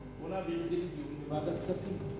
בואו נעביר את זה לדיון בוועדת הכספים,